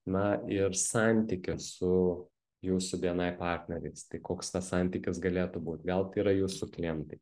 na ir santykį su jūsų bni partneriai koks tas santykis galėtų būt gal tai yra jūsų klientai